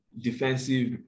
defensive